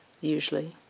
usually